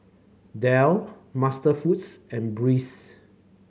Dell MasterFoods and Breeze